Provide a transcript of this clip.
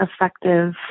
effective